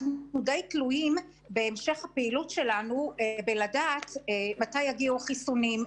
אנחנו תלויים בהמשך הפעילות שלנו לדעת מתי יגיעו החיסונים,